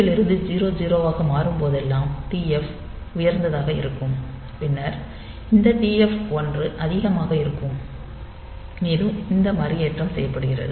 FF இருந்து 00 ஆக மாறும் போதெல்லாம் TF உயர்ந்ததாக இருக்கும் பின்னர் இந்த TF 1 அதிகமாக இருக்கும் மேலும் இந்த மறுஏற்றமும் செய்யப்படுகிறது